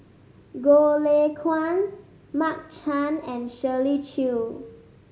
Goh Lay Kuan Mark Chan and Shirley Chew